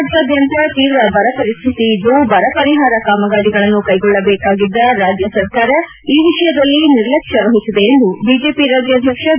ರಾಜ್ಯಾದ್ಯಂತ ತೀವ್ರ ಬರಪರಿಸ್ವಿತಿ ಇದ್ದು ಬರ ಪರಿಹಾರ ಕಾಮಗಾರಿಗಳನ್ನು ಕೈಗೊಳ್ಳಬೇಕಾಗಿದ್ದ ರಾಜ್ಯ ಸರ್ಕಾರ ಈ ವಿಷಯದಲ್ಲಿ ನಿರ್ಲಕ್ಷ್ಯ ವಹಿಸಿದೆ ಎಂದು ಬಿಜೆಪಿ ರಾಜ್ಯಾಧ್ಯಕ್ಷ ಬಿ